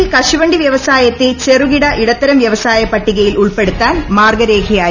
കേരളത്തിൽ കശുവണ്ടി വൃവസായത്തെ ചെറുകിട ഇടത്തരം വൃവസായ പട്ടികയിൽ ഉൾപ്പെടുത്താൻ മാർഗ്ഗരേഖയായി